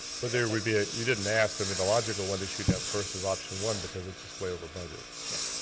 but there would be, you didn't ask, for me the logical one to shoot down first is option one because it's just way over budget. yeah,